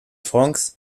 france